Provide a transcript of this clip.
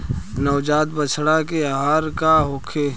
नवजात बछड़ा के आहार का होखे?